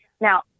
now